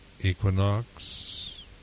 equinox